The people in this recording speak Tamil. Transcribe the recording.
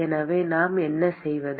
எனவே நாம் என்ன செய்வது